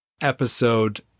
episode